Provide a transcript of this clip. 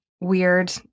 weird